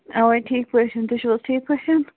اَوَے ٹھیٖک پٲٹھۍ تُہۍ چھُو حظ ٹھیٖک پٲٹھۍ